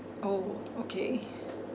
oh okay